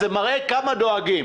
זה מראה כמה דואגים.